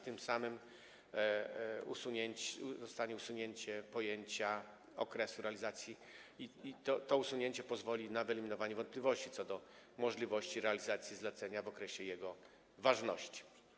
Tym samym zostanie usunięte pojęcie: okres realizacji i to pozwoli na wyeliminowanie wątpliwości co do możliwości realizacji zlecenia w okresie jego ważności.